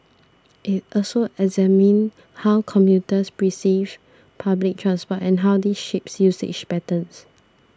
it also examined how commuters perceive public transport and how this shapes usage patterns